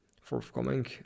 forthcoming